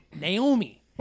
Naomi